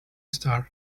star